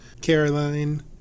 Caroline